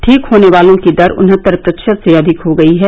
ठीक होने वालों की दर उन्हत्तर प्रतिशत से अधिक हो गई है